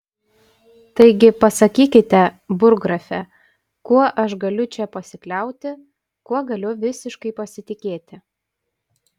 taigi pasakykite burggrafe kuo aš galiu čia pasikliauti kuo galiu visiškai pasitikėti